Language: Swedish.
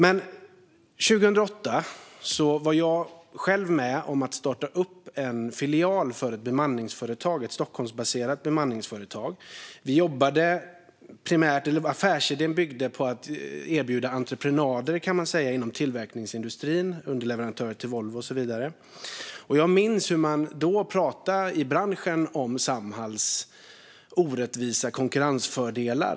År 2008 var jag själv med om att starta en filial för ett Stockholmsbaserat bemanningsföretag. Affärsidén byggde på att erbjuda entreprenader inom tillverkningsindustrin, underleverantörer till Volvo och så vidare. Jag minns hur man då i branschen pratade om Samhalls orättvisa konkurrensfördelar.